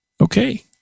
Okay